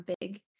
big